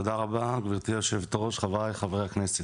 תודה רבה גבירתי היושבת-ראש, חבריי חברי הכנסת.